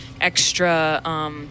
extra